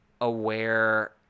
aware